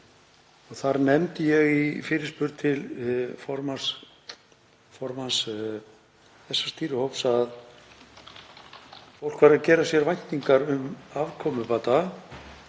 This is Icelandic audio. Þar nefndi ég í fyrirspurn til formanns þessa stýrihóps að fólk væri að gera sér væntingar um afkomubata